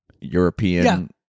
European